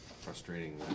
frustrating